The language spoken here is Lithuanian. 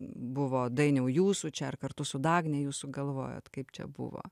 buvo dainiau jūsų čia ar kartu su dagne jūs sugalvojot kaip čia buvo